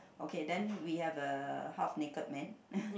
okay then we have a half naked man